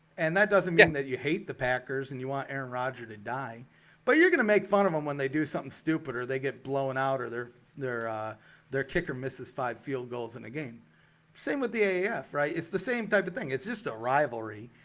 and that doesn't get that you hate the packers and you want aaron roger to die but you're gonna make fun of them when they do something stupid or they get blown out or their their their kicker misses five field goals in a game same with the af right? it's the same type of thing it's just a rivalry,